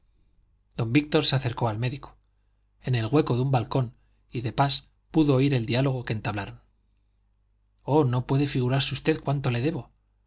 don víctor se acercó al médico en el hueco de un balcón y de pas pudo oír el diálogo que entablaron oh no puede figurarse usted cuánto le debo